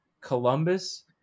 columbus